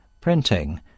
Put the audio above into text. printing